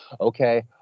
Okay